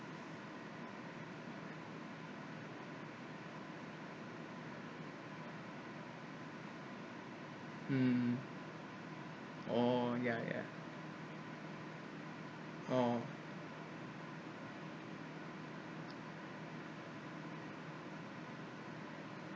hmm oh yeah yeah oh